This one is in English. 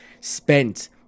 spent